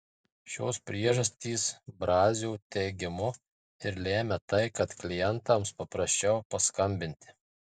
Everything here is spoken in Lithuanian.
šios priežastys brazio teigimu ir lemia tai kad klientams paprasčiau paskambinti